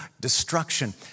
destruction